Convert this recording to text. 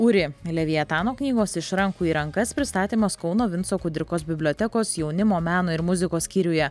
uri levitano knygos iš rankų į rankas pristatymas kauno vinco kudirkos bibliotekos jaunimo meno ir muzikos skyriuje